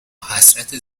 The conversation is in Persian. حسرت